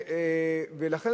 לכן,